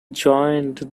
joined